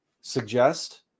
suggest